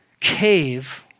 Cave